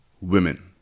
women